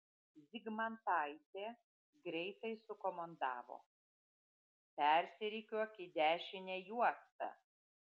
zygmantaitė greitai sukomandavo persirikiuok į dešinę juostą